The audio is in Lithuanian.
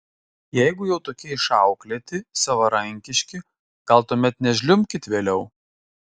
jeigu jau tokie išauklėti savarankiški gal tuomet nežliumbkit vėliau